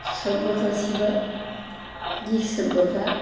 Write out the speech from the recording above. সভ্যতা ছিল গ্রীক সভ্যতা